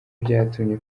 byatumye